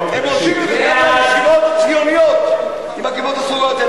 הם עושים את זה גם לישיבות הציוניות עם הכיפות הסרוגות,